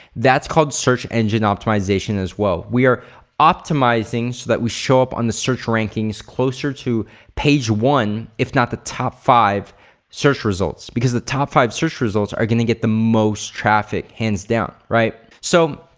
that's called search engine optimization as well. we are optimizing so that we show up on the search rankings closer to page one if not the top five search results because the top five search results are gonna get the most traffic hands down, right? so,